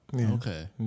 Okay